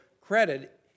credit